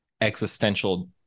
existential